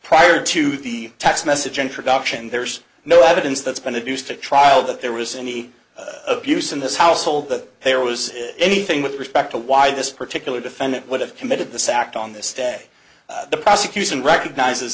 prior to the text message introduction there's no evidence that's been abused to trial that there was any abuse in this household that there was anything with respect to why this particular defendant would have committed this act on this day the prosecution recognizes